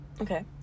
okay